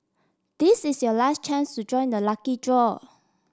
this is your last chance to join the lucky draw